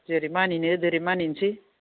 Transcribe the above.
जेरै मानिनो जेरै मानिनसै